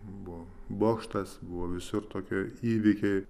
buvo bokštas buvo visur tokie įvykiai